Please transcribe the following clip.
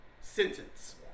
sentence